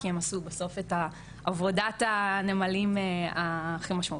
כי הם עשו בסוף את עבודת הנמלים הכי משמעותית.